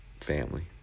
Family